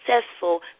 successful